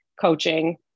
coaching